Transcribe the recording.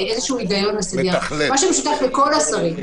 מה שמשותף לכל השרים,